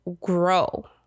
grow